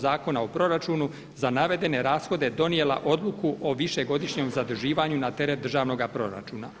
Zakona o proračunu za navedene rashode donijela odluku o višegodišnjem zaduživanju na teret državnoga proračuna.